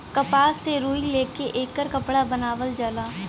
कपास से रुई ले के एकर कपड़ा बनावल जाला